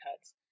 cuts